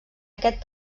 aquest